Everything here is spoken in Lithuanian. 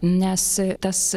nes tas